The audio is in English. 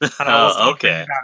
Okay